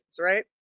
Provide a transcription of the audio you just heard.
right